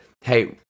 hey